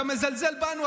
אתה מזלזל בנו.